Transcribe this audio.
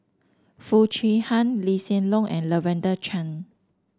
Foo Chee Han Lee Hsien Loong and Lavender Chang